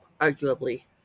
arguably